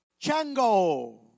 Chango